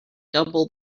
double